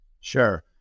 Sure